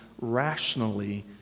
rationally